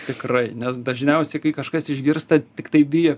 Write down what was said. tikrai nes dažniausiai kai kažkas išgirsta tiktai bijo